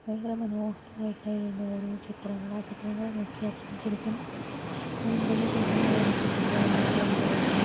ഭയങ്കര മനോഹരമായിട്ടുള്ള അതിൻ്റെ ഓരോ ചിത്രങ്ങൾ ആ ചിത്രങ്ങൾ നോക്കിയാൽ തന്നെ ശരിക്കും ജീവനുണ്ടെന്ന് തോന്നുന്ന തരം ചിത്രങ്ങളായിരുന്നു അതിലുണ്ടായിരുന്നത്